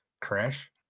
crash